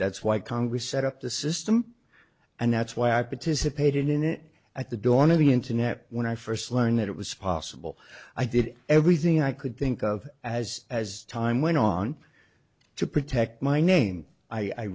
that's why congress set up the system and that's why i participated in it at the dawn of the internet when i first learned it was possible i did everything i could think of as as time went on to protect my name i